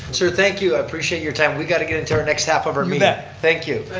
sir, thank you, appreciate your time. we got to get into our next half of our meeting. thank you.